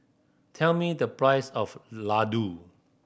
tell me the price of laddu